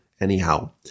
anyhow